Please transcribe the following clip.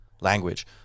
language